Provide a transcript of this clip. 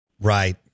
Right